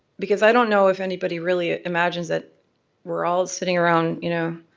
because i don't know if anybody really imagines that we're all sitting around. you know